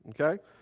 okay